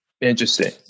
Interesting